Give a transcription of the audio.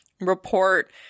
report